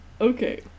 okay